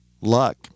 luck